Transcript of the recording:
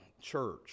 church